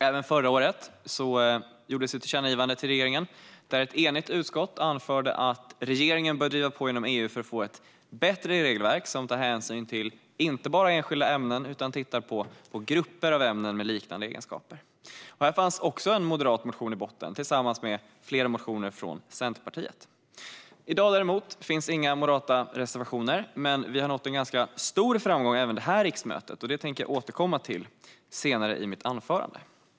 Även förra året gjordes ett tillkännagivande till regeringen, där ett enigt utskott anförde att regeringen bör driva på inom EU för att få ett bättre regelverk som tar hänsyn inte bara till enskilda ämnen utan tittar på grupper av ämnen med liknande egenskaper. Här fanns också en moderat motion i botten, tillsammans med flera motioner från Centerpartiet. I dag finns det däremot inga moderata reservationer. Vi har dock nått ganska stor framgång även detta riksmöte, och det tänker jag återkomma till längre fram i mitt anförande.